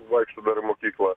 vaikšto dar į mokyklą